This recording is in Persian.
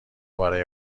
برای